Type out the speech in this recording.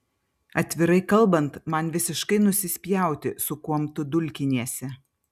atvirai kalbant man visiškai nusispjauti su kuom tu dulkiniesi